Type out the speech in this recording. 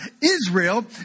Israel